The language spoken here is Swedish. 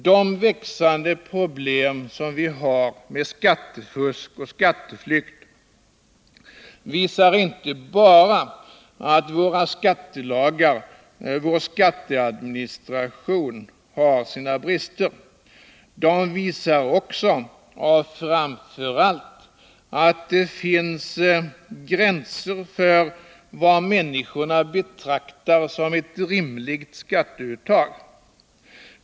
De växande problem som vi har med skattefusk och skatteflykt visar inte bara att våra skattelagar och vår skatteadministration har sina brister. De visar också — och framför allt — att det finns gränser för vad människorna betraktar som ett rimligt skatteuttag.